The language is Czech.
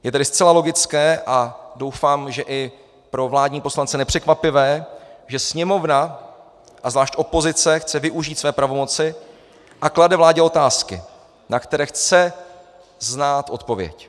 Je tedy zcela logické, a doufám, že i pro vládní poslance nepřekvapivé, že Sněmovna a zvlášť opozice chce využít své pravomoci a klade vládě otázky, na které chce znát odpověď.